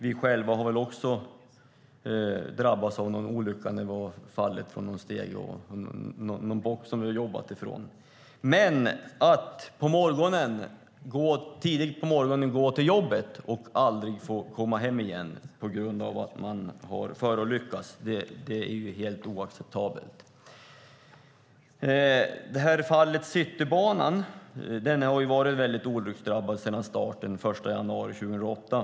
Vi själva har väl också drabbats av någon olycka när vi har fallit från någon stege eller bock vi har jobbat ifrån. Men att tidigt på morgonen gå till jobbet och aldrig få komma hem igen, på grund av att man har förolyckats, är helt oacceptabelt. Citybanan har ju varit väldigt olycksdrabbad sedan starten den 1 januari 2008.